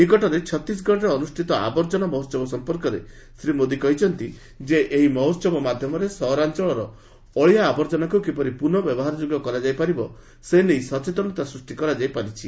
ନିକଟରେ ଛତିଶଗଡ଼ରେ ଅନୁଷିତ ଆବର୍ଜନା ମହୋହବ ସମ୍ପର୍କରେ ଶ୍ରୀ ମୋଦି କହିଛନ୍ତି ଯେ ଏହି ମହୋହବ ମାଧ୍ୟମରେ ସହରାଞ୍ଚଳର ଅଳିଆ ଆବର୍ଜନାକୁ କିପରି ପୁନଃ ବ୍ୟବହାର ଯୋଗ୍ୟ କରାଯାଇ ପାରିବ ସେ ନେଇ ସଚେତନତା ସୃଷ୍ଟି କରାଯାଇ ପାରିଛି